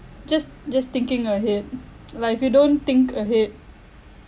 just just thinking ahead like if you don't think ahead